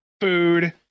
food